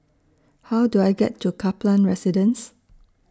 How Do I get to Kaplan Residence